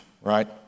right